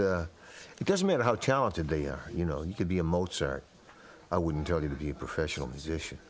agree it doesn't matter how talented they are you know you could be a mozart i wouldn't tell you to be a professional musician